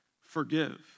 forgive